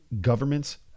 governments